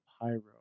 Pyro